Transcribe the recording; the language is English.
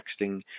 texting